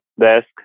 desk